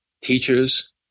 teachers